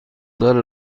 دارد